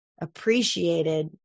appreciated